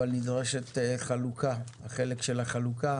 אבל נדרשת חלוקה, החלק של החלוקה